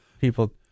people